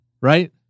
Right